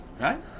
Right